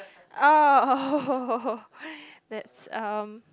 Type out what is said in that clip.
uh oh that's um